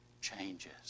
changes